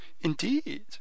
indeed